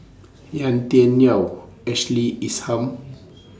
Yau Tian Yau Ashley Isham